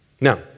Now